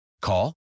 Call